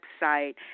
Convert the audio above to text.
website